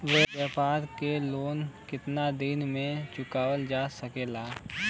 व्यापार के लोन कितना दिन मे चुकावल जा सकेला?